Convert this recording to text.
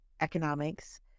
economics